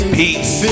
peace